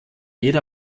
jeder